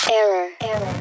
Error